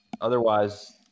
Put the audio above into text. otherwise